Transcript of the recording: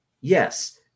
Yes